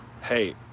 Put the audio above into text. Hey